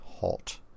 Hot